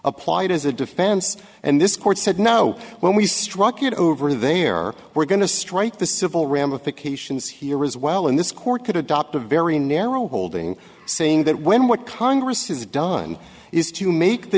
applied as a defense and this court said no when we struck it over there we're going to strike the civil ramifications here as well in this court could adopt a very narrow holding saying that when what congress has done is to make the